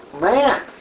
man